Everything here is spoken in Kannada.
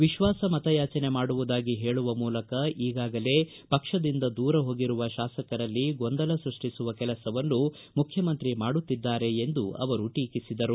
ವಿಶ್ವಾಸ ಮತಯಾಚನೆ ಮಾಡುವುದಾಗಿ ಹೇಳುವ ಮೂಲಕ ಈಗಾಗಲೇ ಪಕ್ಷದಿಂದ ದೂರ ಹೋಗಿರುವ ಶಾಸಕರಲ್ಲಿ ಗೊಂದಲ ಸೃಷ್ಟಿಸುವ ಕೆಲಸವನ್ನು ಮುಖ್ಯಮಂತ್ರಿ ಮಾಡುತ್ತಿದ್ದಾರೆ ಎಂದು ಅವರು ಟೀಕಿಸಿದರು